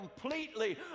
completely